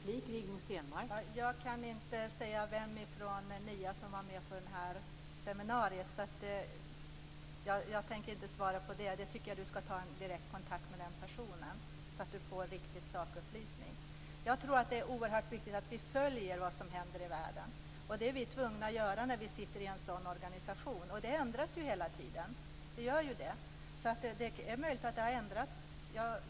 Fru talman! Jag vet inte vem från NIA som var med på detta seminarium. Jag tänker inte gå in på det. Jag tycker att Tasso Stafilidis ska ta direkt kontakt med den personen för att få en riktig sakupplysning. Det är oerhört viktigt att vi följer vad som händer ute i världen. Vi är tvungna att göra det när vi sitter i ett sådant här organ. Förhållandena ändras hela tiden, och det är möjligt att läget har ändrats.